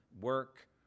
work